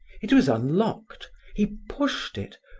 it was unlocked he pushed it,